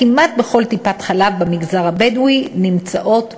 כמעט בכל טיפת-חלב במגזר הבדואי נמצאות מגשרות.